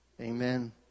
Amen